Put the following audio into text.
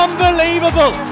Unbelievable